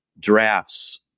drafts